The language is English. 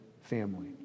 family